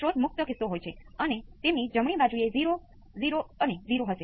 મારો મતલબ કે આપણે વોલ્ટેજ તરીકે j × V p કેવી રીતે મેળવીએ તેની ચિંતા કરવાની નથી